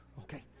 Okay